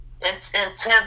intense